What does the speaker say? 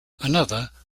another